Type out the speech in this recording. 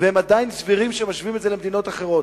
והם עדיין סבירים כשמשווים את זה למדינות אחרות.